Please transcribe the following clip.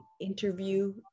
interview